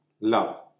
love